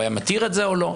הוא היה מתיר את זה או לא?